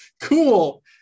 Cool